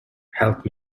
help